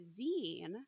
zine